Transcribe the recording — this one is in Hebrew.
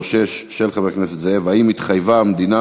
2336 של חבר הכנסת זאב: האם התחייבה המדינה